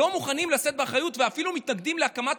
לא מוכנים לשאת באחריות ואפילו מתנגדים להקמת